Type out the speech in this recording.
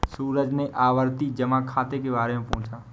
सूरज ने आवर्ती जमा खाता के बारे में पूछा